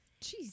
Jeez